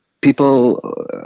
people